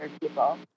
people